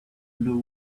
blew